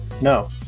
No